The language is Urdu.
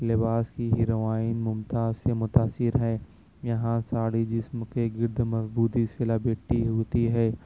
لباس کی ہیروائن ممتاز سے متاثر ہے یہاں ساڑی جسم کے گرد مضبوطی سے لپٹتی ہوتی ہے